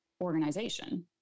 organization